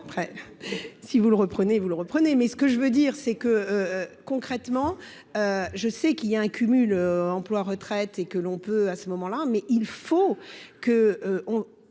après, si vous le reprenez-vous l'. Prenez mais ce que je veux dire c'est que, concrètement, je sais qu'il y a un cumul emploi-retraite et que l'on peut à ce moment-là, mais il faut que